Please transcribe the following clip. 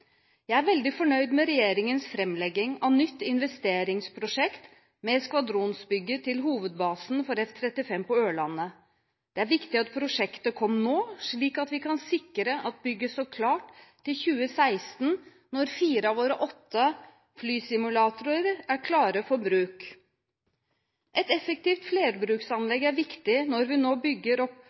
Jeg er veldig fornøyd med regjeringens framlegging av nytt investeringsprosjekt med skvadronsbygget til hovedbasen for F-35 på Ørlandet. Det er viktig at prosjektet kom nå, slik at vi kan sikre at bygget står klart til 2016, når fire av våre åtte flysimulatorer er klare for bruk. Et effektivt flerbruksanlegg er viktig når vi nå bygger opp